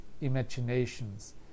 imaginations